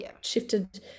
shifted